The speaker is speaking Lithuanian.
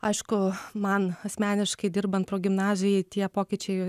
aišku man asmeniškai dirbant progimnazijoj tie pokyčiai